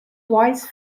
voice